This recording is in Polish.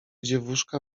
dziewuszka